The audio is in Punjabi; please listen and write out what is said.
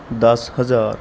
ਦਸ ਹਜ਼ਾਰ